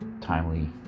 timely